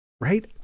right